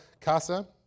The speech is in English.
Casa